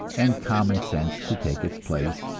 and common sense to take its place,